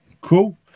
Cool